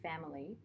family